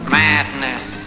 madness